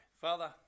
Father